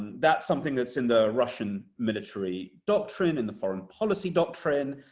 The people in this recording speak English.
that's something that's in the russian military doctrine, in the foreign policy doctrine.